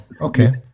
Okay